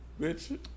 bitch